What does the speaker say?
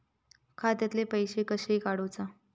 खात्यातले पैसे कशे काडूचा?